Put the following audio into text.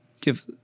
give